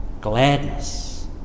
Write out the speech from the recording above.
gladness